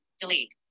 Delete